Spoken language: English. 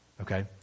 Okay